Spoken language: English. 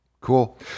Cool